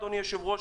אדוני היושב-ראש,